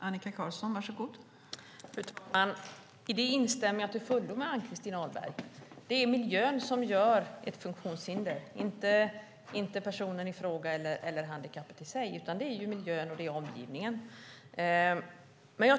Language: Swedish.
Fru talman! Jag instämmer till fullo med Ann-Christin Ahlberg. Det är miljön och omgivningen som är funktionshinder, inte personen i fråga eller handikappet i sig.